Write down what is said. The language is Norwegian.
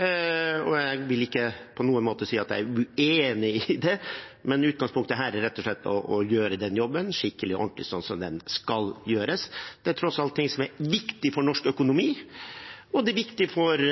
Jeg vil ikke på noen måte si at jeg er uenig i det. Men utgangspunktet her er rett og slett å gjøre jobben skikkelig og ordentlig, slik den skal gjøres. Det er tross alt ting som er viktig for norsk økonomi, og det er viktig for